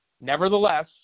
Nevertheless